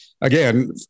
Again